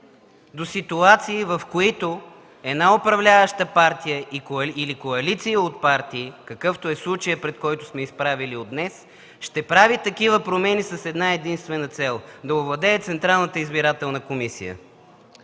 до ситуации, в които една управляваща партия или коалиции от партии, какъвто е случаят, пред който сме изправени от днес, ще прави такива промени с една-единствена цел – да овладее Централната избирателна комисия.